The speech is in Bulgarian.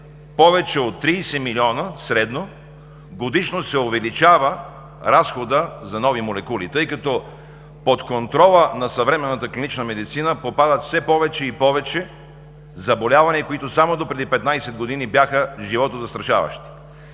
повече от 30 милиона средногодишно се увеличава разходът за нови молекули, тъй като под контрола на съвременната клинична медицина попадат все повече и повече заболявания, които само допреди петнадесет години бяха животозастрашаващи.